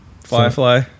Firefly